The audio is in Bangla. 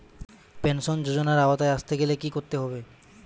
পেনশন যজোনার আওতায় আসতে গেলে কি করতে হবে?